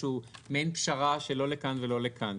שהוא מעין פשרה שלא לכאן ולא לכאן.